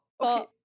okay